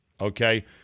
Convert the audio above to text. okay